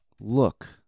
Look